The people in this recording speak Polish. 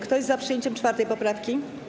Kto jest za przyjęciem 4. poprawki?